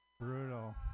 Brutal